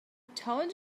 told